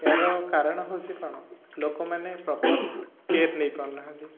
ଏହାର କାରଣ ହେଉଛି କ'ଣ ଲୋକମାନେ ପ୍ରପର କେୟାର ନେଇପାରୁନାହାନ୍ତି